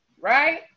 right